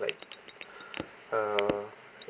like uh